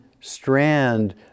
strand